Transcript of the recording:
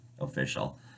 official